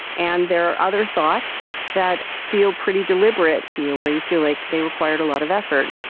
and there are other thoughts that feel pretty deliberate to you where you feel like they required a lot of effort.